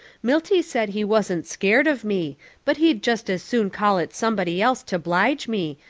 milty said he wasn't scared of me but he'd just as soon call it somebody else to blige me,